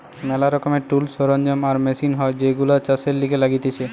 ম্যালা রকমের টুলস, সরঞ্জাম আর মেশিন হয় যেইগুলো চাষের লিগে লাগতিছে